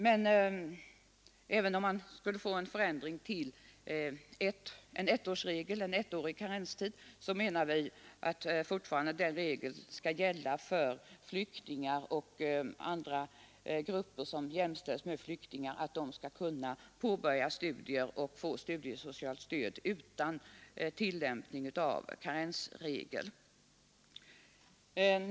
Men även om det blir en förändring till ett års karenstid, så menar vi att den regeln fortfarande skall gälla att flyktingar och personer som jämställs med flyktingar skall kunna påbörja studier och få studiesocialt stöd utan tillämpning av karensregeln.